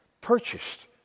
purchased